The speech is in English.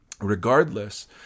Regardless